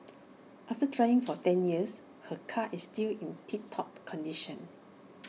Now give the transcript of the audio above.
after driving for ten years her car is still in tip top condition